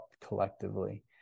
collectively